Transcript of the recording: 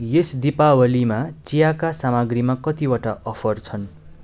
यस दीपावलीमा चियाका सामग्रीमा कतिवटा अफर छन्